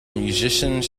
musicians